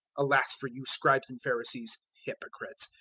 alas for you, scribes and pharisees, hypocrites,